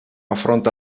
affronta